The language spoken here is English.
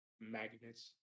Magnets